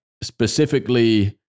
specifically